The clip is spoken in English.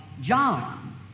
John